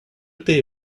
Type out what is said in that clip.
they